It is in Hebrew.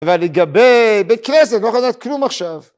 אבל לגבי, בית כנסת אתה לא יכול לדעת כלום עכשיו.